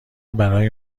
برای